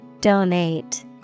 Donate